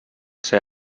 ser